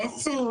בעצם,